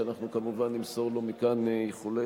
שאנחנו כמובן נמסור לו מכאן איחולי,